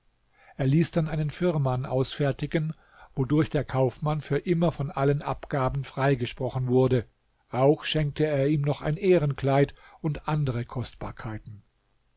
er ließ dann einen firman ausfertigen wodurch der kaufmann für immer von allen abgaben freigesprochen wurde auch schenkte er ihm noch ein ehrenkleid und andere kostbarkeiten